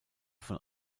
von